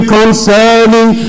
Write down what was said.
concerning